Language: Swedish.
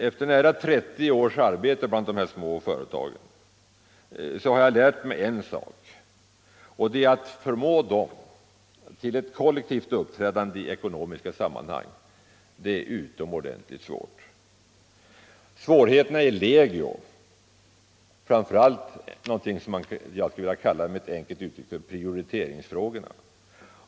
Efter nära 30 års arbete bland de små företagen har jag lärt mig en sak: att förmå dem till ett kollektivt uppträdande i ekonomiska sammanhang är utomordentligt svårt. Svårigheterna är legio, framför allt när det gäller vad jag med ett enkelt uttryck skulle vilja kalla prioriteringsfrågor.